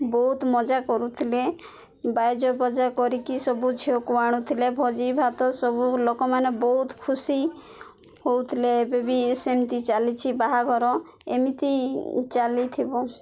ବହୁତ ମଜା କରୁଥିଲେ ବାଇଦ ବଜା କରିକି ସବୁ ଝିଅକୁ ଆଣୁଥିଲେ ଭୋଜି ଭାତ ସବୁ ଲୋକମାନେ ବହୁତ ଖୁସି ହଉଥିଲେ ଏବେବି ସେମିତି ଚାଲିଛି ବାହାଘର ଏମିତି ଚାଲିଥିବ